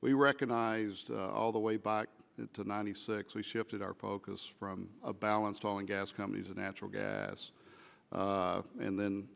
we recognized all the way back to ninety six we shifted our focus from a balance on gas companies a natural gas and then